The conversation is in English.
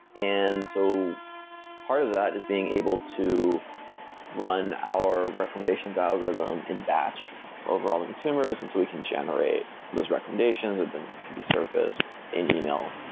and so part of that is being able to run our recommendations algorithm in batch over all the consumers and so we can generate those recommendations and then could be surfaced in in e-mail.